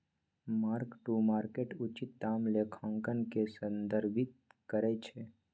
mark to market उचित दाम लेखांकन के संदर्भित करइ छै